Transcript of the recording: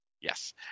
Yes